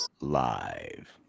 Live